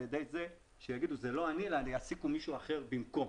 ידי זה שיאמרו זה לא אני אלא אני אעסיק מישהו אחר במקום.